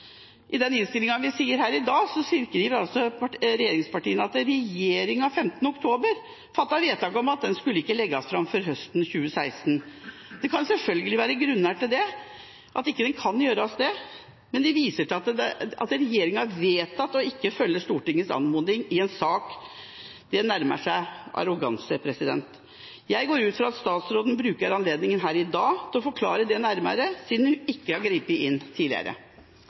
I innstillingen vi behandler i dag, skriver regjeringspartiene at regjeringa den 15. oktober fattet vedtak om at den ikke skulle legges fram før høsten 2016. Det kan selvfølgelig være grunner til at den ikke kan det, men det viser at regjeringa har vedtatt ikke å følge Stortingets anmodning i en sak. Det nærmer seg arroganse. Jeg går ut fra at statsråden bruker anledningen her i dag til å forklare dette nærmere, siden hun ikke har grepet inn tidligere.